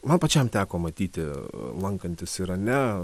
man pačiam teko matyti lankantis irane